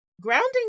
Grounding